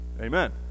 Amen